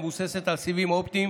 המבוססת על סיבים אופטיים